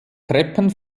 treppen